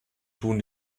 tun